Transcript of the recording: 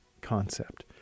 concept